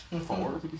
Four